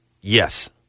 Yes